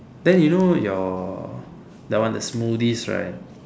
then you know your that one the smoothies right